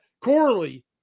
Corley